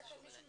שמדברים.